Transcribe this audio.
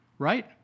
Right